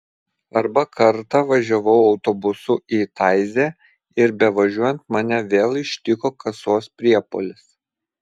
arba kartą važiavau autobusu į taizė ir bevažiuojant mane vėl ištiko kasos priepuolis